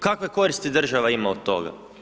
Kakve koristi država ima od toga?